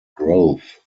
growth